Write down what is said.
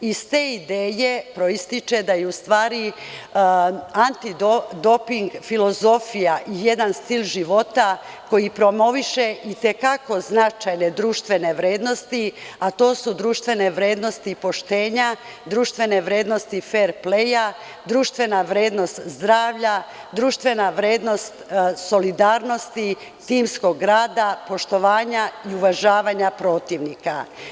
Iz te ideje proističe da je u stvari antidoping filozofija jedan stil života koji promoviše i te kako značajne društvene vrednosti, a to su društvene vrednosti poštenja, društvene vrednosti fer pleja, društvena vrednost zdravlja, solidarnosti, timskog rada, poštovanja i uvažavanja protivnika.